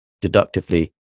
deductively